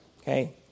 Okay